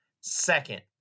Second